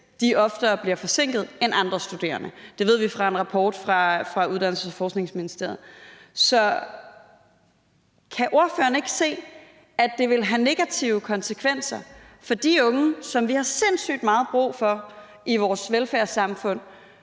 oftere bliver forsinket end andre studerende. Det ved vi fra en rapport fra Uddannelses- og Forskningsministeriet. Så kan ordføreren ikke se, at det vil have negative konsekvenser for de unge, som vi har sindssygt meget brug for i vores velfærdssamfund,